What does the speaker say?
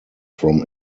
from